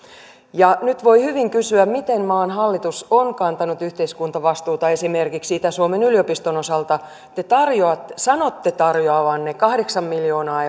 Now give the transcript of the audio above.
nyt voi hyvin kysyä miten maan hallitus on kantanut yhteiskuntavastuuta esimerkiksi itä suomen yliopiston osalta te sanotte tarjoavanne kahdeksan miljoonaa